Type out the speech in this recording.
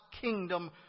kingdom